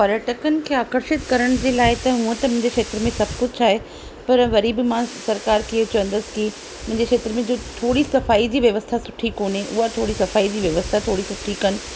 पर्यटकनि खे आकर्षित करण जे लाइ त हूअं त मुंहिंजे खेत्र में सभु कुझु आहे पर वरी बि मां सरकार खे इहो चवंदसि की मुंहिंजे खेत्र में जो थोरी व्यवस्था सुठी कोन्हे उहा थोरी सफाईअ जी व्यवस्था थोरी सुठी कनि